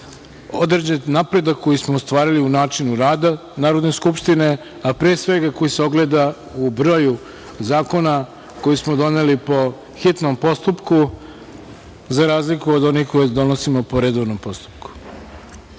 određen napredak koji smo ostvarili u načinu rada Narodne skupštine, a pre svega koji se ogleda u broju zakona koje smo doneli po hitnom postupku, za razliku od onih koje so doneli po redovnom postupku. Želim